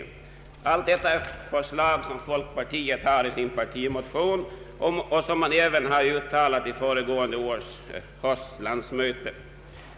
Allt detta är förslag som folkpartiet har fört fram i sin partimotion och önskemål som även har uttalats vid föregående hösts landsmöte.